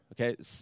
okay